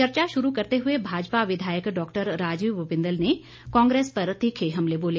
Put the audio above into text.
चर्चा शुरू करते हुए भाजपा विधायक डॉ राजीव बिंदल ने कांग्रेस पर तीखे हमले बोले